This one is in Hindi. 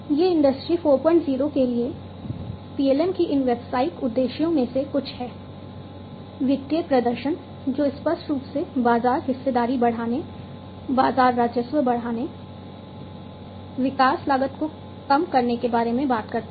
ये इंडस्ट्री 40 के लिए PLM के इन व्यावसायिक उद्देश्यों में से कुछ हैं वित्तीय प्रदर्शन जो स्पष्ट रूप से बाजार हिस्सेदारी बढ़ाने बाजार राजस्व बढ़ाने विकास लागत को कम करने के बारे में बात करता है